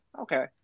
Okay